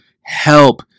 help